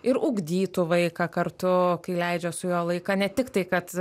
ir ugdytų vaiką kartu kai leidžia su juo laiką ne tiktai kad